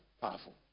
powerful